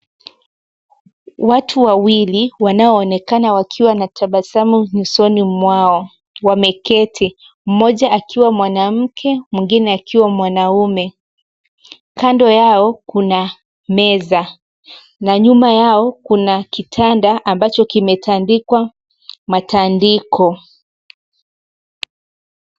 Watu wawili wanaoonekana wakiwa na tabasamu nyusoni mwao, wameketi, moja akiwa mwanamke mwingine akiwa mwanaume. Kando yao kuna meza na nyuma yao kuna kitanda ambacho kimetandikwa matandiko.